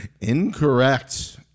Incorrect